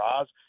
Oz –